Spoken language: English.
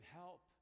help